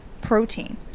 protein